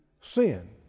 Sin